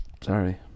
Sorry